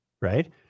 right